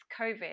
COVID